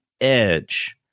edge